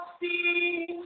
see